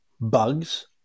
bugs